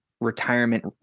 retirement